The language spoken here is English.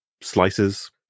slices